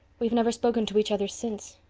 we've never spoken to each other since.